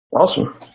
Awesome